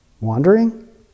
Wandering